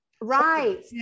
Right